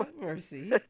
mercy